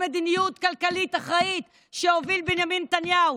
מדיניות כלכלית אחראית שהוביל בנימין נתניהו.